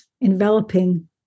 enveloping